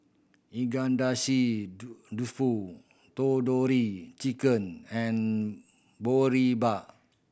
Dofu Tandoori Chicken and Boribap